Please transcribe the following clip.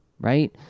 Right